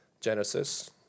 Genesis